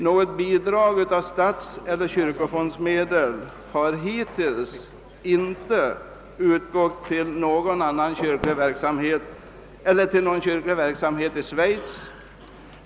Något bidrag av statseller kyrkofondsmedel har hittills inte utgått till kyrklig verksamhet i Schweiz.